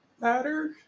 matter